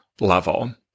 level